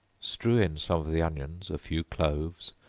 strew in some of the onions, a few cloves,